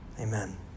Amen